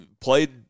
played